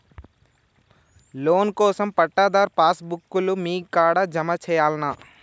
Loan కోసం పట్టాదారు passbook లు మీ కాడా జమ చేయల్నా?